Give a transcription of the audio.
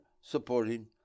supporting